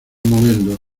moviendo